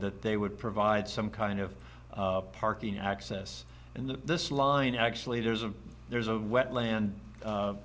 that they would provide some kind of parking access in the this line actually there's a there's a wetland